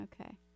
Okay